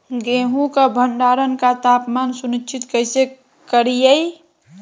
गेहूं का भंडारण का तापमान सुनिश्चित कैसे करिये?